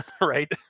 right